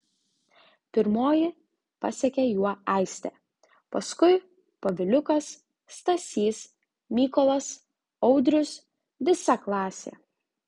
pirmoji pasekė juo aistė paskui poviliukas stasys mykolas audrius visa klasė